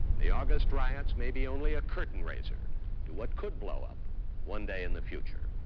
the august riots may be only a curtain raiser to what could blow up one day in the future.